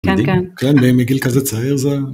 כן כן כן מגיל כזה צעיר זה.